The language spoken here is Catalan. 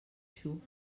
xup